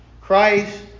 Christ